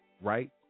right